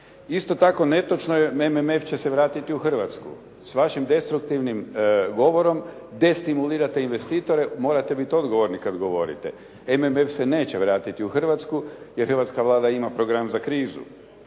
Isto tako, netočno je MMF će se vratiti u Hrvatsku. S vašim destruktivnim govorom destimulirate investitore, morate bit odgovorni kad govorite. MMF se neće vratiti u Hrvatsku jer Hrvatska Vlada ima program za krizu.